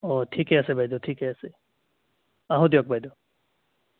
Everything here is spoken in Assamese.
অ' ঠিকে আছে বাইদেউ ঠিকে আছে আহোঁ দিয়ক বাইদেউ